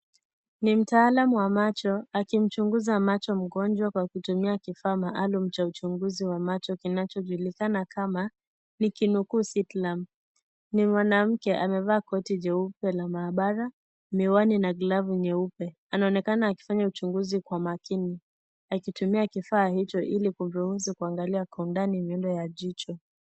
Ni mtaalam wa macho akimchunguza macho mgonjwa kwa kutumia kifaa maalum cha uchunguzi wa macho inachojulikana kama, nikinukuu, slit lamp . Ni mwanamke amevaa koti cheupe la maabara, miwani na glavu nyeupe, anaonekana akifanya uchunguzi kwa makini, akitumia kifaa hicho ili kumruhusu kuangalia kwa undani mbele ya jicho.